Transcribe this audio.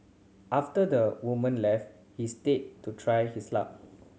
after the woman left he stayed to try his luck